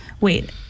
wait